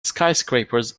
skyscrapers